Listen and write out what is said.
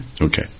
Okay